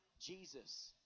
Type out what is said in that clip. Jesus